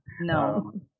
No